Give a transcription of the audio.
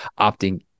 opting